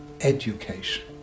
education